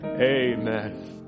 Amen